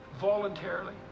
voluntarily